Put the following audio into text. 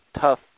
tough